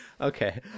Okay